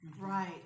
Right